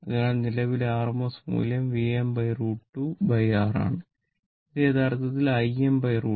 അതിനാൽ നിലവിലെ RMS മൂല്യം Vm√ 2R ആണ് ഇത് യഥാർത്ഥത്തിൽ Im√ 2